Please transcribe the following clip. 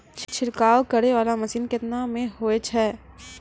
छिड़काव करै वाला मसीन केतना मे होय छै?